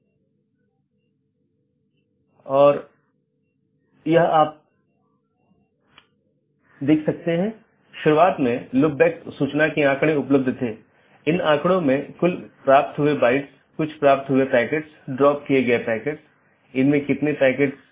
update message का उपयोग व्यवहार्य राउटरों को विज्ञापित करने या अव्यवहार्य राउटरों को वापस लेने के लिए किया जाता है